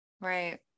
Right